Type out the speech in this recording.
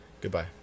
Goodbye